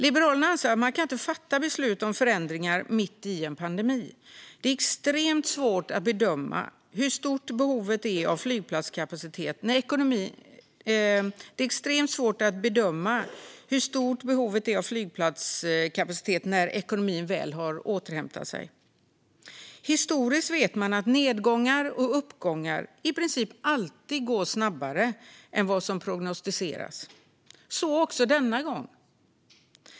Liberalerna anser att man inte kan fatta beslut om förändringar mitt i en pandemi. Det är extremt svårt att bedöma hur stort behovet av flygplatskapacitet är när ekonomin väl har återhämtat sig. Historiskt vet man att nedgångar och uppgångar i princip alltid går snabbare än prognostiserat. Så också denna gång.